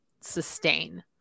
sustain